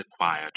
acquired